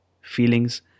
feelings